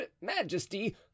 majesty